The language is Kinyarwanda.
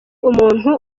umuntu